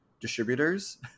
distributors